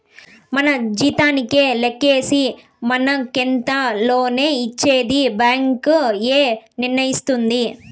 మన జీతానికే లెక్కేసి మనకెంత లోన్ ఇచ్చేది బ్యాంక్ ఏ నిర్ణయిస్తుంది